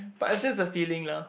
but it's just a feeling lah